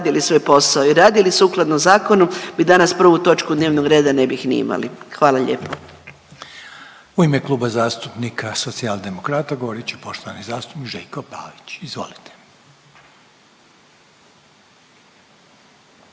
radili svoj posao i radili sukladno zakonu, mi danas prvu točku dnevnog reda ne bih ni imali. Hvala lijepo. **Reiner, Željko (HDZ)** U ime Kluba zastupnika Socijaldemokrata govorit će poštovani zastupnik Željko Pavić, izvolite.